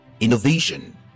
Innovation